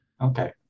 Okay